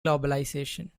globalization